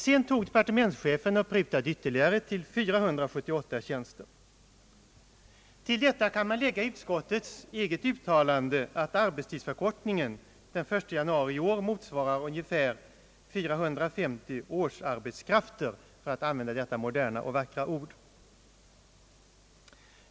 Sedan gjorde departementschefen en ytterligare prutning till 478 tjänster, av vilka för övrigt 28 tjänster inte var någon reell ökning utan endast en omflyttning. Till det kan man lägga utskottets eget uttalande, att arbetstidsförkortningen den 1 januari i år motsvarar ungefär 450 årsarbetskrafter, för att använda detta moderna och vackra ord.